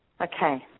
Okay